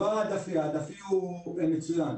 לא ההדפי ההדפי הוא מצוין.